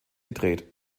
gedreht